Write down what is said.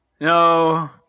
No